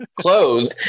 clothes